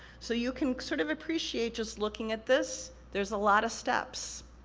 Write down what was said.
so, you can sort of appreciate just looking at this, there's a lot of steps,